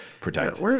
protect